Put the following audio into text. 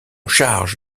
charge